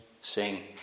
sing